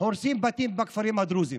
הורסים בתים בכפרים הדרוזים.